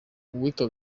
uwitwa